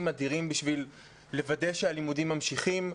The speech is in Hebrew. אדירים בשביל לוודא שהלימודים ממשיכים.